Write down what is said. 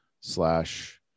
slash